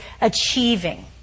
achieving